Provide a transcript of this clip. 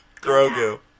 Grogu